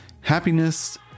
happiness